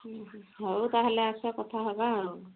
ହଉ ତା'ହେଲେ ଆସ କଥା ହେବା ଆଉ